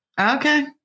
Okay